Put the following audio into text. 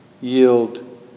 yield